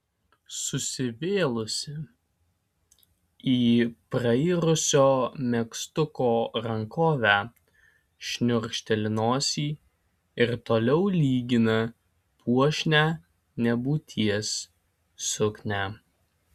susivėlusi į prairusio megztuko rankovę šniurkšteli nosį ir toliau lygina puošnią nebūties suknią